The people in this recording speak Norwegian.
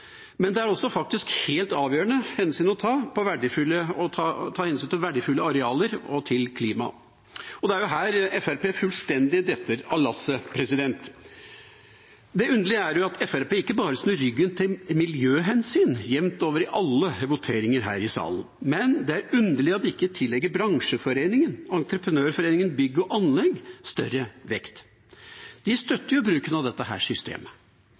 men det er også helt avgjørende å ta hensyn til verdifulle arealer og til klima. Det er her Fremskrittspartiet fullstendig detter av lasset. Det underlige er at Fremskrittspartiet ikke bare snur ryggen til miljøhensyn jevnt over i alle voteringer her i salen, men de tillegger ikke bransjeforeningen, Entreprenørforeningen – Bygg og Anlegg, EBA, større vekt. De støtter jo bruken av dette systemet. EBA oppfatter systemet